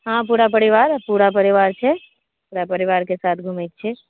हँ पूरा परिवार पूरा परिवार छियै पूरा परिवारके साथ घूमेके छै